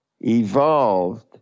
evolved